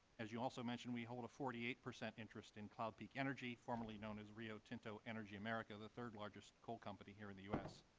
as you also mentioned we hold a forty eight percent interest in cloud peak energy, formally known as rio tinto energy america, the third largest coal company here in the u s.